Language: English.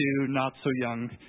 not-so-young